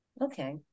okay